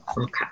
Okay